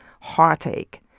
heartache